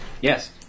Yes